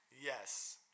Yes